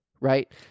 Right